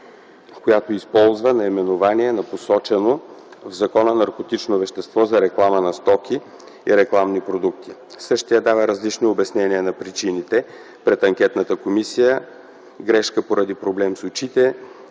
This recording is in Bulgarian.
която използва наименование на посочено в закона наркотично вещество, за реклама на стоки и рекламни продукти”. Същият дава различни обяснения за причините: пред анкетната комисия – грешка поради проблем с очите;